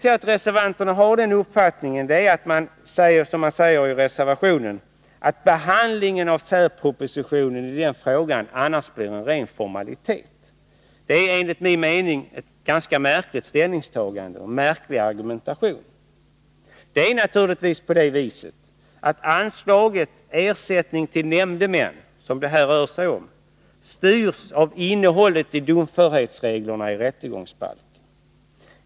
Reservanternas motiv är, som man säger i reservationen, att behandlingen av särpropositionen i den frågan annars blir en ren formalitet. Det är enligt min mening ett ganska märkligt ställningstagande och en märklig argumentation. Det är naturligtvis på det sättet att anslaget Ersättning till nämndemän, som det här rör sig om, styrs av innehållet i domförhetsreglerna i rättegångsbalken.